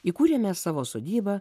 įkūrėme savo sodybą